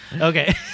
Okay